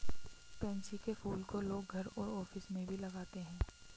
pansy के फूल को लोग घर और ऑफिस में भी लगाते है